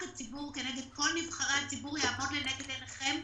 נגד עיני נבחרי הציבור צריך לעמוד רק הציבור.